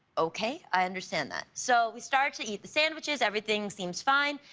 okay, i understand that. so we started to eat the sandwiches, everything seems fine,